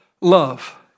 Love